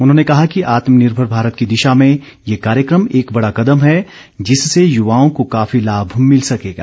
उन्होंने कहा कि आत्मनिर्भर भारत की दिशा में ये कार्यक्रम एक बड़ा कदम है जिससे युवाओं को काफी लाभ मिल सकेगा